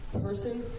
person